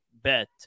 Bet